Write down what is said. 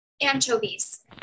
anchovies